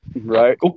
Right